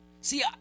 See